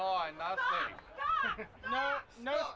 oh i know